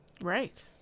right